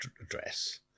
address